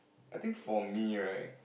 I think for me right